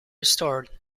restored